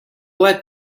that